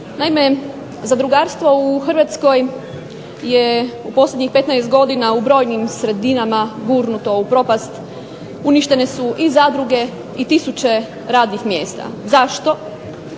Naime, zadrugarstvo u Hrvatskoj je u posljednjih 15 godina u brojnim sredinama gurnuto u propast, uništene su i zadruge i tisuće radnih mjesta. Zašto?